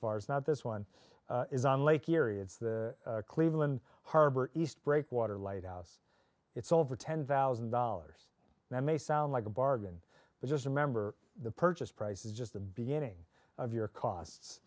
far is not this one is on lake erie of cleveland harbor east breakwater lighthouse it's over ten thousand dollars that may sound like a bargain but just remember the purchase price is just the beginning of your costs